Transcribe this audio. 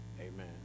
amen